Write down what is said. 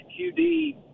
QD